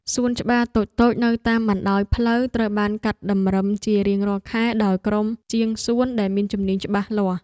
សួនច្បារតូចៗនៅតាមបណ្តោយផ្លូវត្រូវបានកាត់តម្រឹមជារៀងរាល់ខែដោយក្រុមជាងសួនដែលមានជំនាញច្បាស់លាស់។